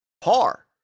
par